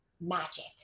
magic